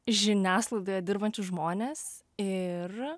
žiniasklaidoje dirbančius žmones ir